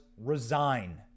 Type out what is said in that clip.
resign